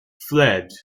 fled